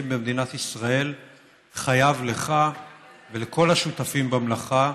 במדינת ישראל חייב לך ולכל השותפים במלאכה